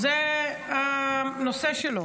זה הנושא שלו,